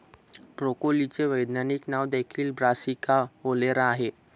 ब्रोकोलीचे वैज्ञानिक नाव देखील ब्रासिका ओलेरा आहे